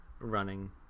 running